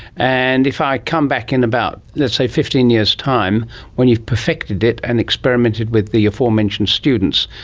and if i come back in about, let's say, fifteen years' time when you've perfected it and experimented with the aforementioned students,